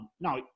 Now